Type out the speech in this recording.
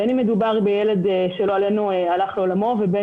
בין אם זה ילד שלא עלינו הלך לעולמו ובין